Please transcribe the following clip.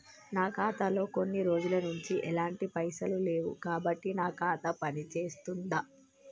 నా ఖాతా లో కొన్ని రోజుల నుంచి ఎలాంటి పైసలు లేవు కాబట్టి నా ఖాతా పని చేస్తుందా?